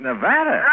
Nevada